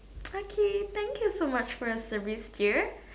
okay thank you so much for your service here